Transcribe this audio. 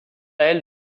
elle